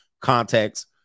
context